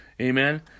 Amen